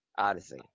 odyssey